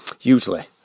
Usually